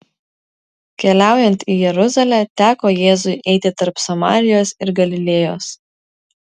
keliaujant į jeruzalę teko jėzui eiti tarp samarijos ir galilėjos